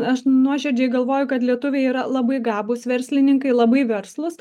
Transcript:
aš nuoširdžiai galvoju kad lietuviai yra labai gabūs verslininkai labai verslūs